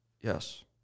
yes